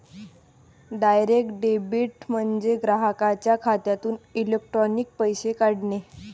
direct debit म्हणजे ग्राहकाच्या खात्यातून इलेक्ट्रॉनिक पैसे काढणे